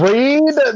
Read